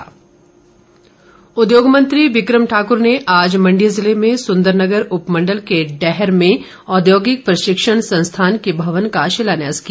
विक्रम ठाक्र उद्योगमंत्री विक्रम ठाक्र ने आज मण्डी जिले में सुंदरनगर उपमण्डल के डैहर में औद्योगिक प्रशिक्षण संस्थान के भवन का शिलान्यास किया